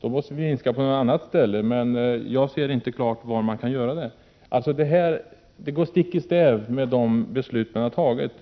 Då måste föroreningarna minskas på något annat ställe. Men jag ser inte klart var man kan göra det. Detta går stick i stäv med de beslut som har fattats.